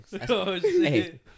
Hey